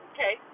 Okay